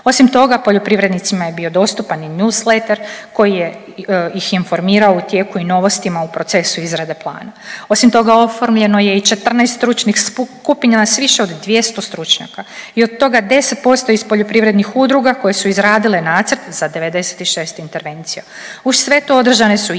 Osim toga poljoprivrednicima je bio dostupan i Newsletter koji je ih informirao u tijeku i novostima u procesu izrade plana. Osim toga oformljeno je i 14 stručnih skupina s više od 200 stručnjaka i od toga 10% iz poljoprivrednih udruga koje su izradile nacrt za 96 intervencija. Uz sve to održane su javne